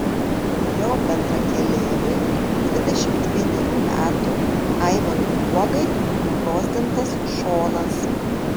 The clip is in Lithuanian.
jo bendrakeleiviui dvidešimt vienerių metų aivarui guogai nubrozdintas šonas